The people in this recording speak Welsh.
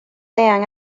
eang